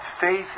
faith